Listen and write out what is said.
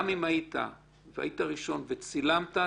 גם אם היית ראשון וצילמת,